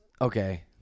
okay